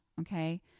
Okay